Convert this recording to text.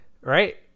right